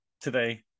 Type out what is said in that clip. today